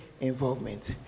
involvement